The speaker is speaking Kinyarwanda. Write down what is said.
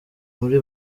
muri